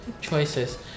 Choices